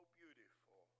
beautiful